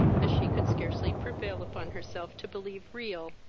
as she could scarcely prevail upon herself to believe real.